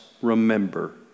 remember